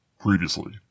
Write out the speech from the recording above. previously